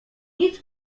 nic